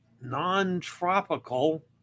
non-tropical